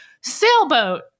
sailboat